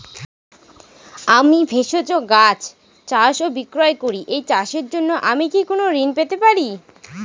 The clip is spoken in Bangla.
আমি ভেষজ গাছ চাষ ও বিক্রয় করি এই চাষের জন্য আমি কি কোন ঋণ পেতে পারি?